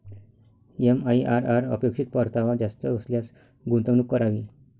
MIRR अपेक्षित परतावा जास्त असल्यास गुंतवणूक करावी